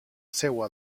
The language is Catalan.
seua